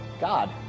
God